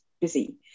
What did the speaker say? busy